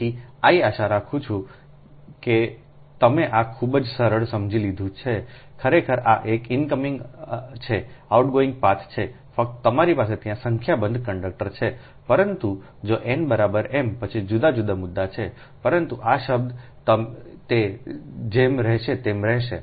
તેથી I આશા રાખું છું કે તમે આ ખૂબ જ સરળ સમજી લીધો છે ખરેખર આ એક ઇનકમિંગ છે આઉટગોઇંગ પાથ છે ફક્ત તમારી પાસે ત્યાં સંખ્યાબંધ કંડક્ટર છે પરંતુ જો n m પછી જુદા જુદા મુદ્દા છે પરંતુ આ શબ્દ તે જેમ રહેશે તેમ રહેશે